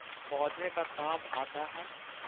पौधे का काम आता है?